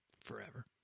Forever